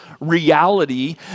reality